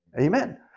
Amen